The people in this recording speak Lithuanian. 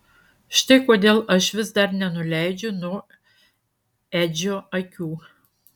štai kodėl aš vis dar nenuleidžiu nuo edžio akių